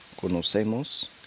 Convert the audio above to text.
conocemos